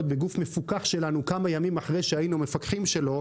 בגוף מפוקח שלנו כמה ימים אחרי שהיינו מפקחים שלו,